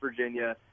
Virginia